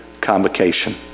convocation